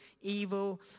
evil